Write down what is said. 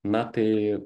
na tai